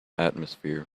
atmosphere